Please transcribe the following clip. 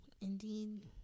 Indeed